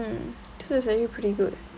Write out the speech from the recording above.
so it's really pretty good